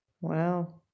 Wow